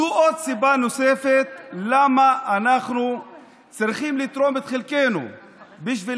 זאת סיבה נוספת לכך שאנחנו צריכים לתרום את חלקנו בשביל